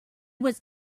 was